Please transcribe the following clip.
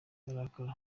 arakara